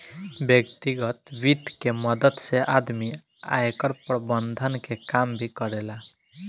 व्यतिगत वित्त के मदद से आदमी आयकर प्रबंधन के काम भी करेला